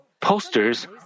posters